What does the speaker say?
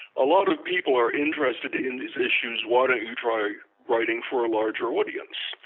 a lot of people are interested in these issues. why don't you try writing for a larger audience?